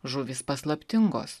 žuvys paslaptingos